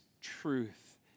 truth